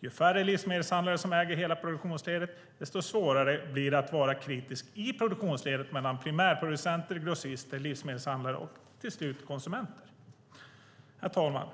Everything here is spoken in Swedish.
Ju färre livsmedelshandlare som äger hela produktionsledet, desto svårare blir det att vara kritisk i produktionsledet mellan primärproducenter, grossister, livsmedelshandlare och till slut konsumenter. Herr talman!